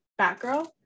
Batgirl